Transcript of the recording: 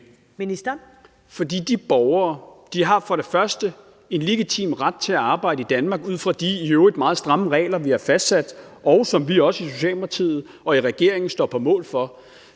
Fordi de borgere for det første har en legitim ret til at arbejde i Danmark ud fra de i øvrigt meget stramme regler, vi har fastsat, og som vi også i Socialdemokratiet og i regeringen står på mål for,